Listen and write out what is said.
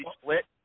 split